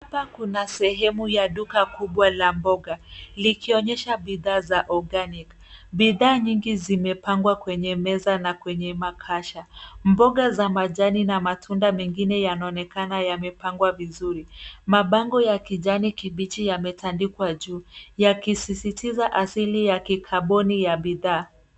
Hapa kuna sehemu ya duka kubwa la mboga, likionyesha bidhaa za organic . Bidhaa nyingi zimepangwa kwenye meza na kwenye makasha. Mboga za manjani na matunda mengine yanaonekana yamepangwa vizuri. Mabango ya kijani kibichi yamatandikwa juu, yakisisitiza asili ya kikaboni ya bidhaa.